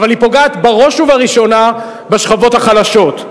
אבל היא פוגעת בראש ובראשונה בשכבות החלשות.